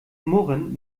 murren